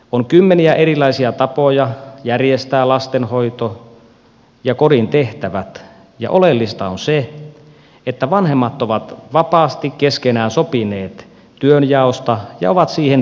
on kymmeniä erilaisia tapoja järjestää lastenhoito ja kodin tehtävät ja oleellista on se että vanhemmat ovat vapaasti keskenään sopineet työnjaosta ja ovat siihen tyytyväisiä